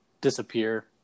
disappear